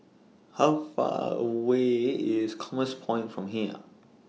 How Far away IS Commerce Point from here